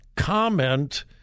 comment